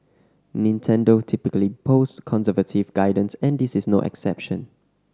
Nintendo typically posts conservative guidance and this is no exception